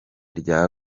rya